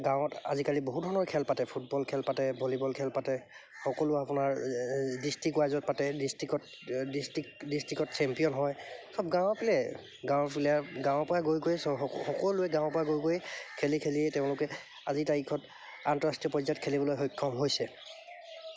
গাঁৱত আজিকালি বহু ধৰণৰ খেল পাতে ফুটবল খেল পাতে ভলীবল খেল পাতে সকলো আপোনাৰ ডিষ্ট্ৰিক ৱাইজত পাতে ডিষ্ট্ৰিকত ডিষ্ট্ৰিক ডিষ্ট্ৰিকত চেম্পিয়ন হয় সব গাঁৱৰ প্লেয়াৰে গাঁৱৰ প্লেয়াৰ গাঁৱৰ পৰা গৈ গৈ সকলোৱে গাঁৱৰ পৰা গৈ গৈ খেলি খেলিয়ে তেওঁলোকে আজিৰ তাৰিখত আন্তঃৰাষ্ট্ৰীয় পৰ্যায়ত খেলিবলৈ সক্ষম হৈছে